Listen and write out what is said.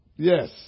Yes